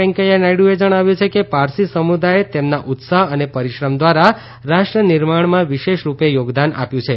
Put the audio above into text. વેંકૈયા નાયડુએ જણાવ્યું છે કે પારસી સમુદાય તેમના ઉત્સાહ અને પરિશ્રમ દ્વારા રાષ્ટ્ર નિર્માણમાં વિશેષ રૂપે થોગદાન આપ્યું છે